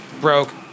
broke